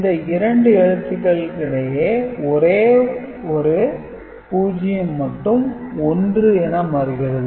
இந்த இரண்டு எழுத்துகளிடையே ஒரே ஒரு 0 மட்டும் 1 என மாறுகிறது